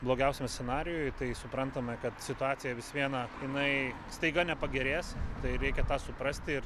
blogiausiam scenarijui tai suprantame kad situacija vis viena jinai staiga nepagerės tai reikia tą suprasti ir